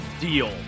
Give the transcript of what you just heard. deal